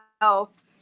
health